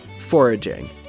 Foraging